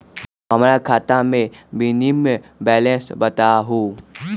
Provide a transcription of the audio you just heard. हमरा खाता में मिनिमम बैलेंस बताहु?